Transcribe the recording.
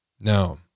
Now